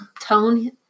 tone